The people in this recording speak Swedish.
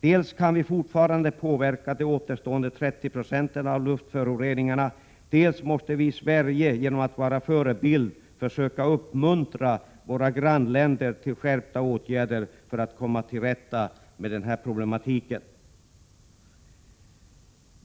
Dels kan vi fortfarande påverka de återstående 30 96 av luftföroreningarna, dels måste vi i Sverige genom att vara en förebild försöka uppmuntra våra grannländer till skärpta åtgärder för att komma till rätta med denna problematik.